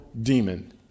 demon